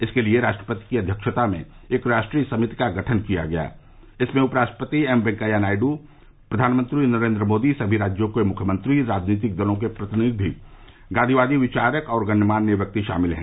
इसके लिए राष्ट्रपति की अध्यक्षता में एक राष्ट्रीय समिति का गठन किया गया इसमें उप राष्ट्रपति एम वेकैया नायडू प्रधानमंत्री नरेन्द्र मोदी सभी राज्यों के मुख्यमंत्री राजनीतिक दलो के प्रतिनिधि गांधीवादी विचारक और गणमान्य व्यक्ति शामिल हैं